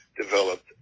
developed